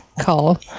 call